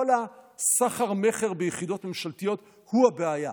כל הסחר-מכר ביחידות ממשלתיות הוא הבעיה.